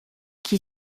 qui